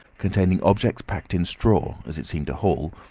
containing objects packed in straw, as it seemed to hall,